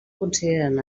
consideren